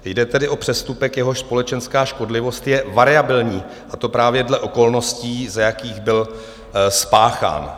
Jde tedy o přestupek, jehož společenská škodlivost je variabilní, a to právě dle okolností, za jakých byl spáchán.